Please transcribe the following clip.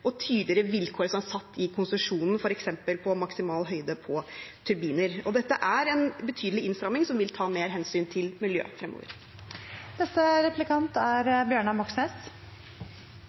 og etterundersøkelser og tydeligere vilkår som er satt i konsesjonen, f.eks. for maksimal høyde på turbiner. Dette er en betydelig innstramming som vil ta mer hensyn til